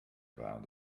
about